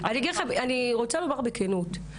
אני רוצה לומר בכנות,